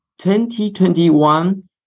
2021